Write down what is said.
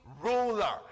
Ruler